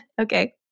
Okay